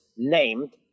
named